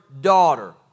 daughter